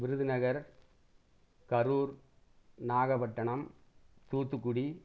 Virudhunagar Karur Nagapattinam Thoothukudi